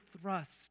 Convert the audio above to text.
thrust